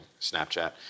Snapchat